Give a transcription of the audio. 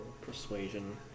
Persuasion